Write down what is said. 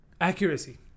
accuracy